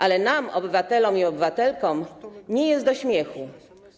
Ale nam, obywatelom i obywatelkom, nie jest do śmiechu.